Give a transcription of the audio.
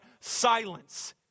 silence